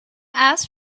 ask